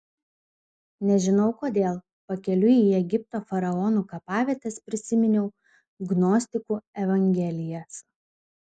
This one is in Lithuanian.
nežinau kodėl pakeliui į egipto faraonų kapavietes prisiminiau gnostikų evangelijas